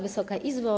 Wysoka Izbo!